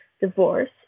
divorce